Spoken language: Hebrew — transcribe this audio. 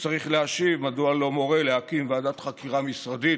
צריך להשיב מדוע הוא לא מורה להקים ועדת חקירה משרדית